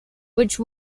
which